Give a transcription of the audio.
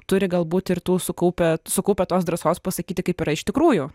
turi galbūt ir tų sukaupę sukaupę tos drąsos pasakyti kaip yra iš tikrųjų